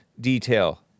detail